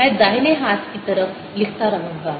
मैं दाहिने हाथ की तरफ़ लिखता रहूंगा